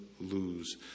lose